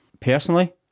Personally